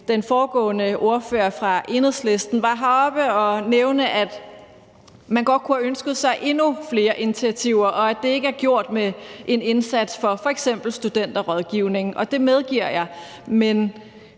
Den foregående ordfører fra Enhedslisten var heroppe og nævne, at man godt kunne have ønsket sig endnu flere initiativer, og at det ikke er gjort med en indsats for f.eks. Studenterrådgivningen, og det medgiver jeg.